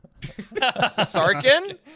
Sarkin